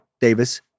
Davis